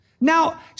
Now